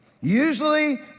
Usually